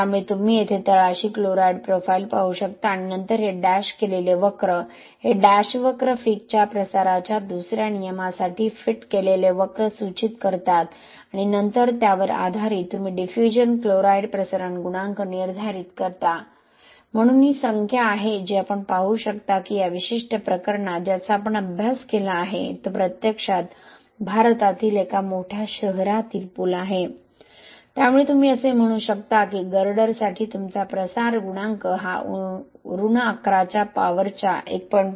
त्यामुळे तुम्ही येथे तळाशी क्लोराईड प्रोफाइल पाहू शकता आणि नंतर हे डॅश केलेले वक्र हे डॅश वक्र फिकच्या प्रसाराच्या 2ऱ्या नियमासाठी फिट केलेले वक्र सूचित करतात आणि नंतर त्यावर आधारित तुम्ही डिफ्यूजन क्लोराईड प्रसरण गुणांक निर्धारित करता म्हणून ही संख्या आहेत जी आपण पाहू शकता की या विशिष्ट प्रकरणात ज्याचा आपण अभ्यास केला आहे तो प्रत्यक्षात भारतातील एका मोठ्या शहरातील पूल आहे त्यामुळे तुम्ही असे म्हणू शकता की गर्डरसाठी तुमचा प्रसार गुणांक हा उणे 11 च्या पॉवरच्या 1